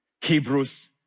Hebrews